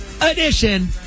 edition